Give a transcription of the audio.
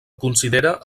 considera